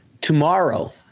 tomorrow